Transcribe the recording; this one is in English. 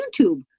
YouTube